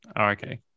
Okay